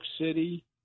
city